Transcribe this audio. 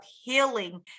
healing